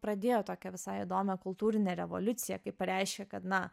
pradėjo tokią visai įdomią kultūrinę revoliuciją kaip pareiškė kad na